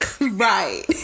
Right